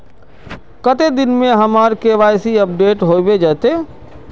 कते दिन में हमर के.वाई.सी अपडेट होबे जयते?